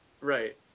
Right